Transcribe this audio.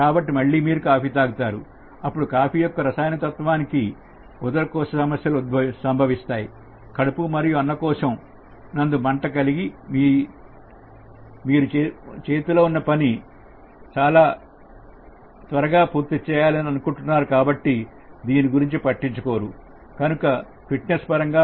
కాబట్టి మీరు మళ్లీ కాఫీ తాగుతారు అప్పుడు కాఫీ యొక్క రసాయన తత్వానికి ఉదరకోశ సమస్యలు సంభవిస్తాయి కడుపు మరియు అన్న కోసం నందు మంట కలిగిస్తాయి మీరు చేతిలో ఉన్న పని చాలా త్వరగా పూర్తి చేయాలని అనుకుంటున్నారు కాబట్టి దీని గురించి పట్టించుకోరు బాధపడరు